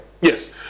Yes